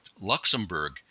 Luxembourg